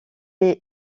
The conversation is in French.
est